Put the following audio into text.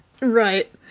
Right